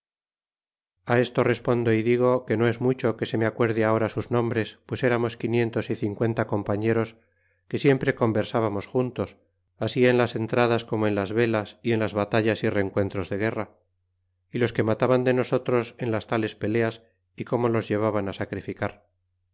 que no es mucho que se me acuerde ahora sus nombres pues éramos quinientos y cincuenta compañeros que siempre conversábamos juntos así en las entradas como en las velas y en las batallas y rencuentros de guerra é los que mataban de nosotros en las tales peleas como los llevaban sacrificar